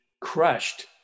crushed